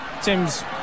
Tim's